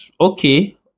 okay